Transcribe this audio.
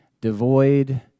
devoid